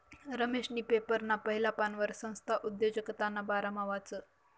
रमेशनी पेपरना पहिला पानवर संस्था उद्योजकताना बारामा वाचं